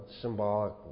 symbolic